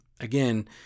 again